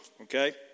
okay